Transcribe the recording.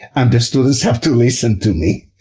and the students have to listen to me.